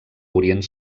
orient